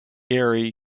erie